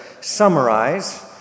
summarize